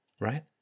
Right